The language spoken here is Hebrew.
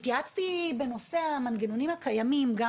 התייעצתי בנושא המנגנונים הקיימים גם